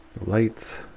lights